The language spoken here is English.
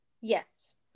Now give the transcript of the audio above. Yes